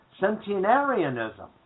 centenarianism